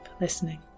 listening